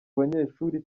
banyeshuri